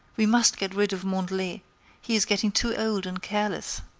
we must get rid of mandelet he is getting too old and careless.